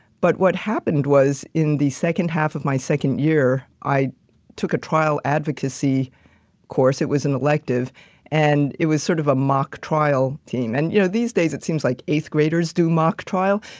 but what happened was in the second half of my second year, i took a trial advocacy course it was an elective and it was sort of a mock trial team. and you know, these days, it seems like eighth graders do mock trial.